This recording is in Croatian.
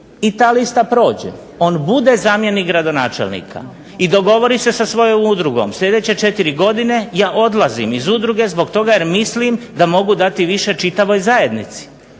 I ta lista prođe. On bude zamjenik gradonačelnika i dogovori se sa svojom udrugom, sljedeće 4 godina ja odlazim iz udruge, zbog toga jer mislim da mogu dati više čitavoj zajednici.